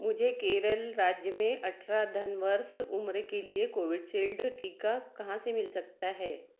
मुझे केरल राज्य में अठारह धन वर्ष उम्र के लिए कोविडसील्ड टीका कहाँ से मिल सकता है